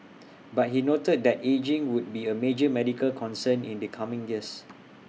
but he noted that ageing would be A major medical concern in the coming years